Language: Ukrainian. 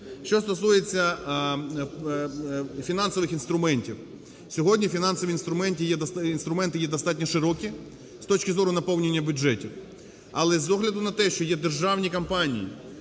Що стосується фінансових інструментів. Сьогодні фінансові інструменти є достатньо широкі з точки зору наповнення бюджетів. Але з огляду на те, що є державні компанії,